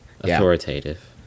authoritative